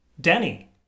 Danny